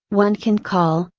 one can call,